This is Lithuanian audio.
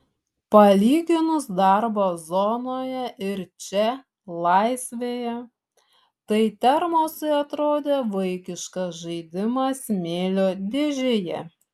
palyginus darbą zonoje ir čia laisvėje tai termosai atrodė vaikiškas žaidimas smėlio dėžėje